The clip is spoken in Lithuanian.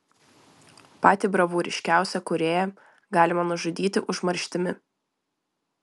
patį bravūriškiausią kūrėją galima nužudyti užmarštimi